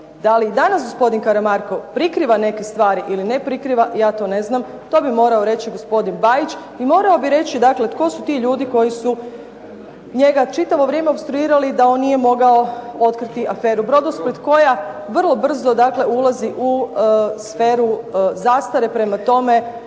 Da li i danas gospodin Karamarko prikriva neke stvari ili ne prikriva, ja to ne znam. To bi morao reći gospodin Bajić. I morao bi reći, dakle tko su ti ljudi koji su njega čitavo vrijeme opstruirali da on nije mogao otkriti aferu "Brodosplit" koja vrlo brzo dakle ulazi u sferu zastare. Prema tome,